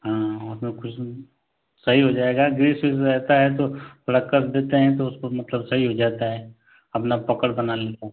हाँ उसमें कुछ सही हो जाएगा ग्रीस रीस रहता है तो थोड़ा कस देते हैं तो उसको मतलब सही हो जाता है अपना पकड़ बना लेगा